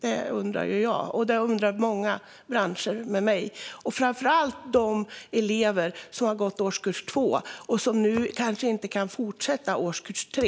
Det undrar jag, och det undrar många branscher. Och det undrar framför allt de elever som har gått årskurs 2 och som nu kanske inte kan fortsätta årskurs 3.